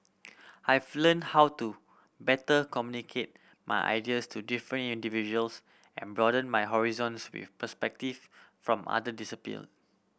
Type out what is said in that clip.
I've learnt how to better communicate my ideas to different individuals and broaden my horizons with perspective from other disappear